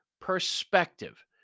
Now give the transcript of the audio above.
perspective